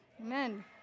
Amen